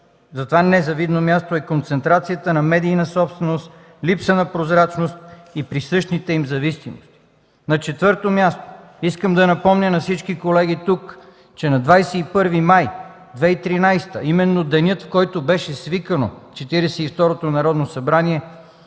за това незавидно място е концентрацията на медийна собственост, липса на прозрачност и присъщите им зависими. На четвърто място, искам да напомня на всички колеги тук, че на 21 май 2013 г., именно в деня, в който беше свикано Четиридесет